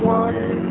one